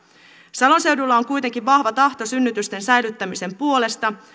salon seudulla on kuitenkin vahva tahto synnytysten säilyttämisen puolesta